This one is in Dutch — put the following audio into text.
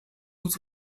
moet